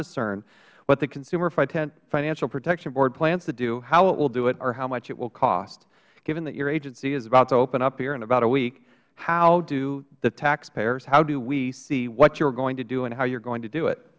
discern what the consumer financial protection board plans to do how it will do it or how much it will cost given that your agency is about to open up here in about a week how do the taxpayers how do we see what you are going to do and how you are going to do it